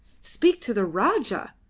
speak to the rajah!